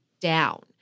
down